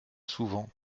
souvent